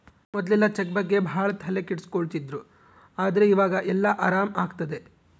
ಮೊದ್ಲೆಲ್ಲ ಚೆಕ್ ಬಗ್ಗೆ ಭಾಳ ತಲೆ ಕೆಡ್ಸ್ಕೊತಿದ್ರು ಆದ್ರೆ ಈವಾಗ ಎಲ್ಲ ಆರಾಮ್ ಆಗ್ತದೆ